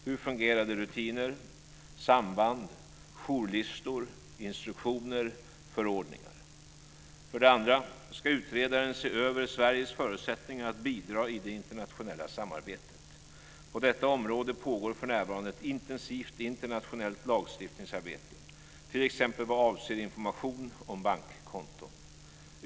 Hur fungerade rutiner, samband, jourlistor, instruktioner och förordningar? För det andra ska utredaren se över Sveriges förutsättningar att bidra i det internationella samarbetet. På detta område pågår för närvarande ett intensivt internationellt lagstiftningsarbete t.ex. vad avser information om bankkonton.